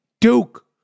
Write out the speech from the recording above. Duke